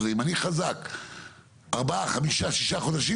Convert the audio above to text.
אם אני חזק ארבעה חמישה שישה חודשים,